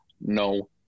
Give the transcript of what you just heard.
No